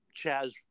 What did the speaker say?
Chaz